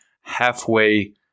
halfway